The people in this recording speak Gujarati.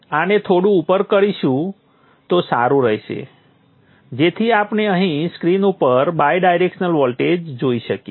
આને થોડું ઉપર કરીશું તો સારું રહેશે જેથી આપણે અહીં સ્ક્રીન ઉપર બાયડાયરેક્શનલ વોલ્ટેજ જોઈ શકીએ